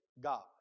God